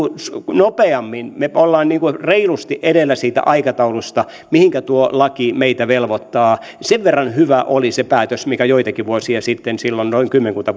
nopeammin me olemme reilusti edellä siitä aikataulusta mihinkä tuo laki meitä velvoittaa sen verran hyvä oli se päätös mikä joitakin vuosia sitten silloin noin kymmenkunta